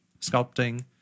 sculpting